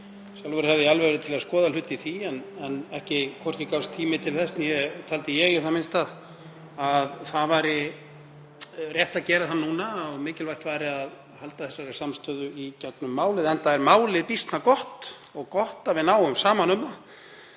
Sjálfur hefði ég alveg verið til að skoða hluti í því en hvorki gafst tími til þess né taldi ég, í það minnsta, að rétt væri að gera það núna og að mikilvægt væri að halda þessari samstöðu í gegnum málið, enda er málið býsna gott og gott að við náðum saman um það.